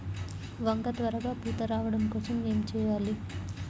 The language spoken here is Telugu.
వంగ త్వరగా పూత రావడం కోసం ఏమి చెయ్యాలి?